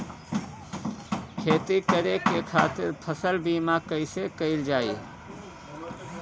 खेती करे के खातीर फसल बीमा कईसे कइल जाए?